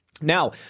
Now